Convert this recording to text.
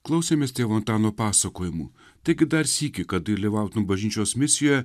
klausėmės tėvų tą nupasakojimų tik dar sykį kad dalyvauti bažnyčios misijoje